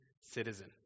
citizen